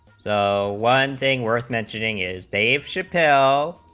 so one thing worth mentioning is dave shipp l